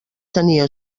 tenia